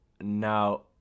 now